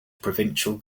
provincial